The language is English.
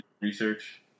Research